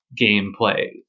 gameplay